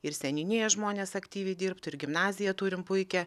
ir seniūnijoj žmonės aktyviai dirbtų ir gimnaziją turim puikią